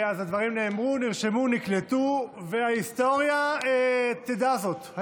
הדברים נאמרו, נרשמו, נקלטו, וההיסטוריה תדע זאת.